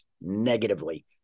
negatively